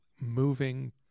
moving